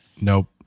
Nope